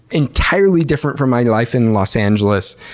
entirely different from my life in los angeles.